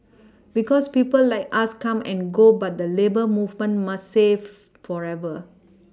because people like us come and go but the labour movement must safe forever